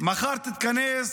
מחר תתכנס